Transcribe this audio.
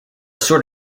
sort